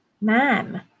Ma'am